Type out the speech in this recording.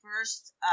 first